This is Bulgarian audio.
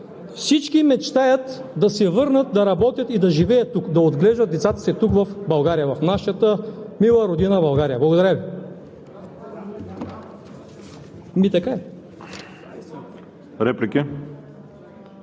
всички мечтаят да се върнат, да работят и да живеят тук, да отглеждат децата си тук, в България – в нашата мила родина България. Благодаря Ви.